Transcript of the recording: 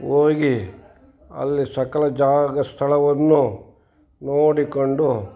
ಹೋಗಿ ಅಲ್ಲಿ ಸಕಲ ಜಾಗ ಸ್ಥಳವನ್ನು ನೋಡಿಕೊಂಡು